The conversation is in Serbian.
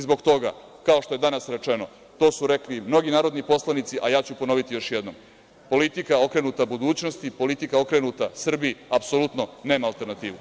Zbog toga, kao što je danas rečeno, to su rekli i mnogi narodni poslanici, a ja ću ponoviti još jednom, politika okrenuta budućnosti, politika okrenuta Srbiji apsolutno nema alternativu.